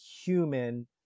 human